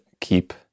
keep